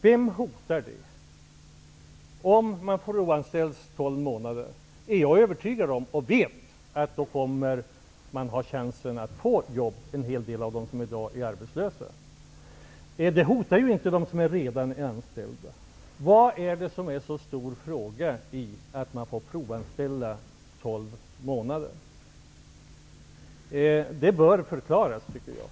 Jag är övertygad om att införande av provanställning i tolv månader kommer att ge en hel del av dem som i dag är arbetslösa chansen till jobb. Det hotar ju inte dem som redan är anställda. Vad är det som är en så stor fråga i förslaget om provanställning i tolv månader? Jag tycker att det bör förklaras.